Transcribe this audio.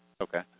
Okay